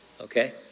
okay